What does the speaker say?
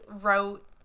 wrote